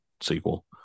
sequel